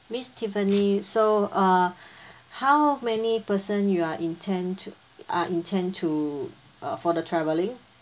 miss tiffany so uh how many person you are intend to are intend to uh for the traveling